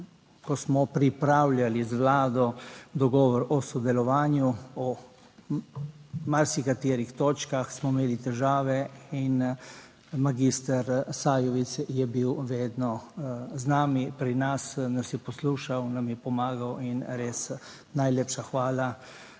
ko smo pripravljali z vlado dogovor o sodelovanju, o marsikaterih točkah smo imeli težave in magister Sajovic je bil vedno z nami pri. Nas, nas je poslušal, nam je pomagal in res najlepša hvala